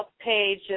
page